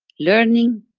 learning,